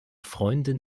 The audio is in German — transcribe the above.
freundin